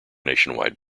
nationwide